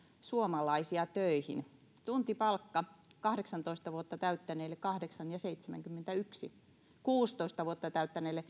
suomalaisia töihin tuntipalkka kahdeksantoista vuotta täyttäneille kahdeksan pilkku seitsemänkymmentäyksi ja kuusitoista vuotta täyttäneille